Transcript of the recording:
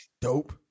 dope